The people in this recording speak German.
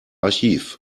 archiv